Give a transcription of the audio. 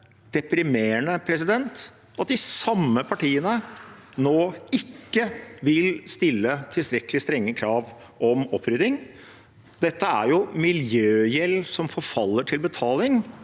deprimerende at de samme partiene nå ikke vil stille tilstrekkelig strenge krav om opprydding. Dette er jo miljøgjeld som forfaller til betaling,